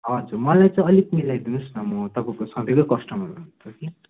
हजुर मलाई त अलिक मिलाइदिनुहोस् न म तपाईँको सधैँको कस्टमर हो त कि